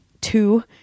two